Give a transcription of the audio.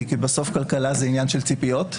וכי בסוף כלכלה זה עניין של ציפיות.